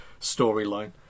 storyline